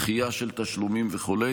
דחייה של תשלומים וכו',